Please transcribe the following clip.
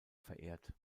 verehrt